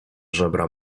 żebra